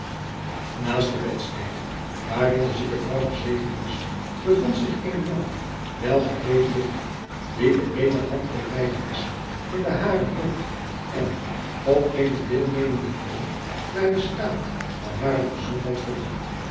naast de bedstede waarin de zieke vrouw gezeten was bevond zich eene jonge welgekleedde juffer die de eene hand der lijderesse in de hare hield en op eenen deelnemenden toon naar den staat van hare gezondheid vroeg